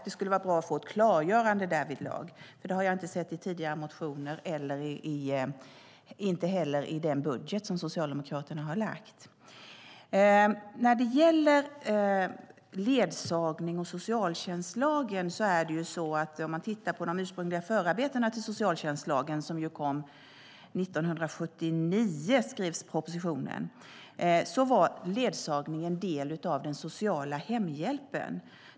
Det skulle vara bra att få ett klargörande därvidlag, för detta har jag inte sett i tidigare motioner och inte heller i den budget som Socialdemokraterna har lagt fram. I de ursprungliga förarbetena till socialtjänstlagen som kom 1979 - det var då propositionen skrevs - var ledsagning en del av den sociala hemhjälpen.